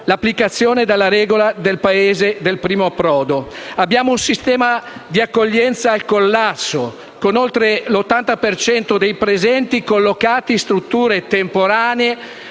l'applicazione della regola del Paese di primo approdo. Abbiamo un sistema di accoglienza al collasso, con oltre l'80 per cento dei presenti collocati in strutture temporanee,